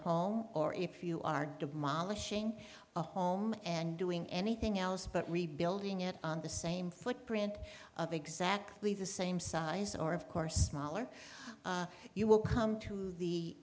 home or if you are demolishing a home and doing anything else but rebuilding it on the same footprint of exactly the same size or of course smaller you will come to the